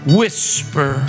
whisper